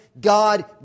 God